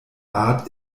art